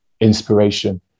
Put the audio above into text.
inspiration